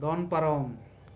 ᱫᱚᱱ ᱯᱟᱨᱚᱢ